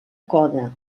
coda